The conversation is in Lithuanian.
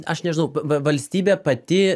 aš nežinau va valstybė pati